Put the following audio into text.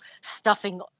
stuffing